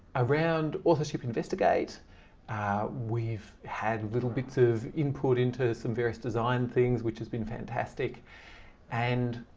around authorship investigate we've had little bits of input into some various design things which has been fantastic and